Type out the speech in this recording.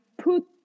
put